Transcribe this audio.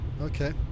Okay